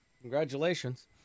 Congratulations